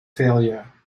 failure